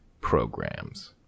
Programs